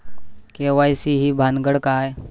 KYC ही भानगड काय?